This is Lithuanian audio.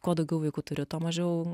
kuo daugiau vaikų turi tuo mažiau